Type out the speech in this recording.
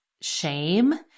shame